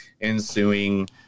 ensuing